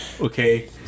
okay